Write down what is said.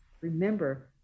remember